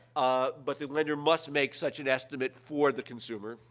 ah, but the lender must make such an estimate for the consumer.